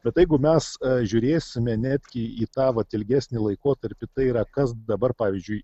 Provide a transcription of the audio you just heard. bet jeigu mes žiūrėsime netgi į tą vat ilgesnį laikotarpį tai yra kas dabar pavyzdžiui